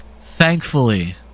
thankfully